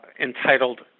entitled